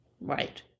Right